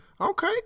Okay